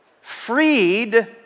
freed